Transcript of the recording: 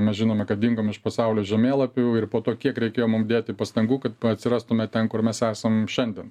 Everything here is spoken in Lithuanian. mes žinome kad dingom iš pasaulio žemėlapių ir po to kiek reikėjo mum dėti pastangų kad atsirastume ten kur mes esam šiandien